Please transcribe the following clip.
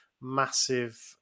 massive